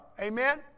Amen